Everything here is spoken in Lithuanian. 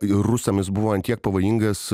ir rusams buvo tiek pavojingas